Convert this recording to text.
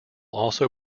also